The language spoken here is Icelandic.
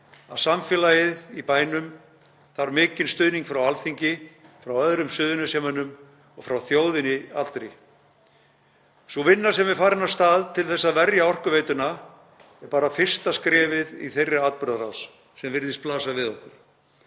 að samfélagið í bænum þarf mikinn stuðning frá Alþingi, frá öðrum Suðurnesjamönnum og frá þjóðinni allri. Sú vinna sem er farin af stað til að verja orkuveituna er bara fyrsta skrefið í þeirri atburðarás sem virðist blasa við okkur.